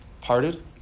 Parted